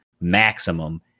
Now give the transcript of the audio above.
maximum